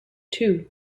two